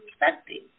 expecting